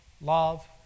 love